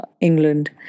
England